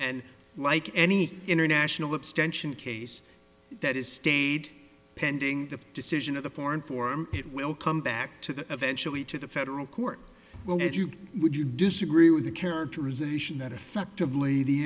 and like any international extension case that is stayed pending the decision of the foreign form it will come back to the eventually to the federal court well if you would you disagree with the characterization that effectively the